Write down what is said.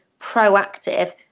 proactive